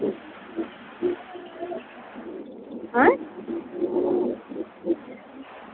हैं